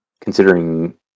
considering